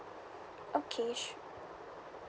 okay sure